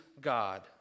God